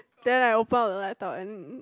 then I open up the laptop and